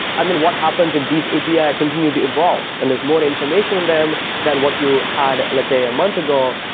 and then what happens if these api ah continued to evolve and there's more information in them than what you had, let's say, a month ago.